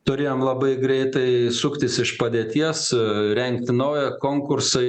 turėjom labai greitai suktis iš padėties rengti naują konkursą